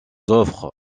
offres